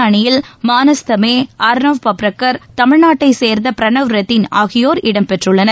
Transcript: இந்திய அணியில் மானஸ் தமே அர்னவ் பப்ரக்கர் தமிழ்நாட்டைச் சேர்ந்த பிரனவ் ரெத்தின் ஆகியோர் இடம்பெற்றுள்ளனர்